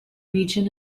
region